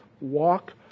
Walk